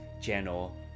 channel